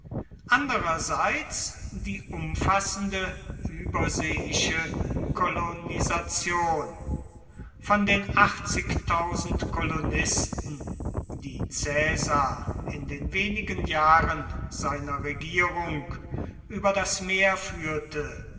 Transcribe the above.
andererseits die umfassende überseeische kolonisation von den kolonisten die caesar in den wenigen jahren seiner regierung über das meer führte